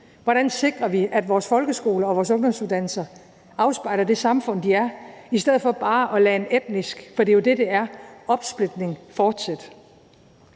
hvordan vi sikrer, at vores folkeskoler og vores ungdomsuddannelser afspejler det samfund, der er, i stedet for bare at lade en etnisk opsplitning – for det er jo det, det er – fortsætte?